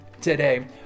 today